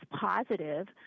positive